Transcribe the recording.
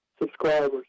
subscribers